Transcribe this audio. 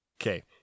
Okay